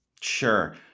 Sure